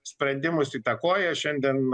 sprendimus įtakoja šiandien